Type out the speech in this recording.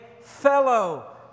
fellow